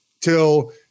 till